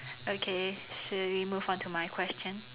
okay should we move on to my question